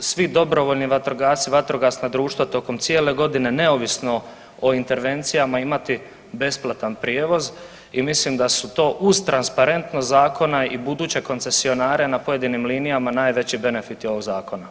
svi dobrovoljni vatrogasci i vatrogasna društva tokom cijele godine neovisno o intervencijama imati besplatan prijevoz i mislim da su to uz transparentnost zakona i buduće koncesionare na pojedinim linijama najveći benefiti ovog zakona.